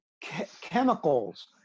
chemicals